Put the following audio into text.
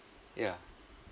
yeah